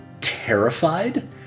terrified